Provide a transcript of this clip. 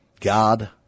God